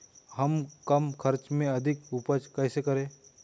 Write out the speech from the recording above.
हम कम खर्च में अधिक उपज कैसे करें?